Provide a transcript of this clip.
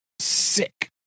sick